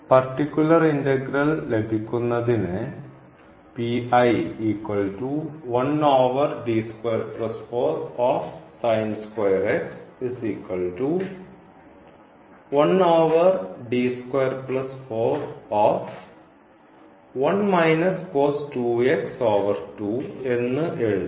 particular integral ലഭിക്കുന്നതിന് എന്ന് എഴുതാം